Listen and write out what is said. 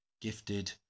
gifted